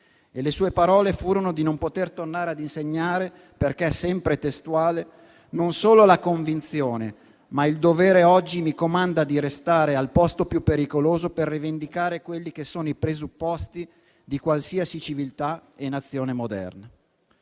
e le sue parole furono di non poter tornare a insegnare perché: «Non solo la convinzione» - queste le sue parole - «ma il dovere oggi mi comanda di restare al posto più pericoloso per rivendicare quelli che sono i presupposti di qualsiasi civiltà e Nazione moderna».